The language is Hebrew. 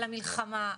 על המלחמה,